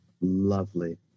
Lovely